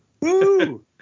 Woo